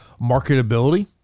marketability